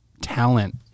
talent